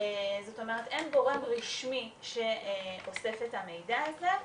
זאת אומרת אין גורם רשמי שאוסף את המידע הזה.